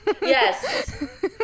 Yes